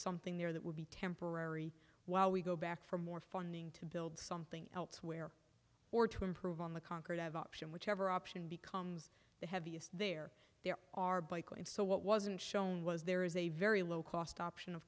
something there that would be temporary while we go back for more funding to build something elsewhere or to improve on the concord of option whichever option becomes the heaviest there there are bike lanes so what wasn't shown was there is a very low cost option of